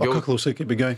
o ką klausai kai bėgioji